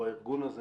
או הארגון הזה,